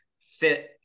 fit